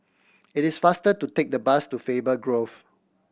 it is faster to take the bus to Faber Grove